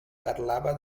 parlava